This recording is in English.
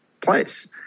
place